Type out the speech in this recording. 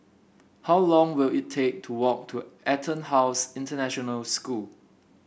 how long will it take to walk to EtonHouse International School